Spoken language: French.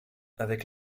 avec